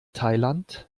thailand